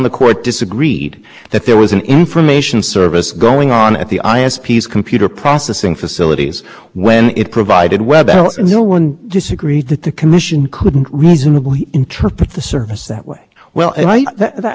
actually said that that the court says the entire question is whether the products here are functionally integrated